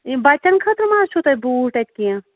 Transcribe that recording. یِم بچن خٲطرٕ ما حظ چھِو تۄہہِ بوٗٹ اَتہِ کیٚنٛہہ